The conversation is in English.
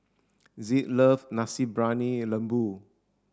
zed loves nasi briyani lembu